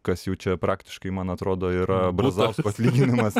kas jau čia praktiškai man atrodo yra brazausko atlyginimas